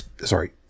sorry